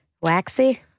Waxy